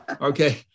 okay